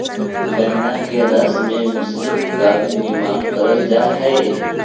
गन्ना के रस से मिश्री का भी निर्माण करल जा हई